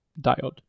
diode